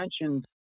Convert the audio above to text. mentioned